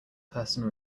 person